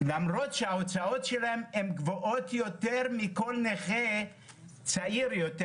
למרות שההוצאות שלהם הן גבוהות יותר מכל נכה צעיר יותר,